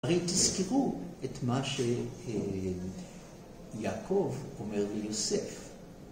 הרי תזכרו את מה שיעקב אומר ליוסף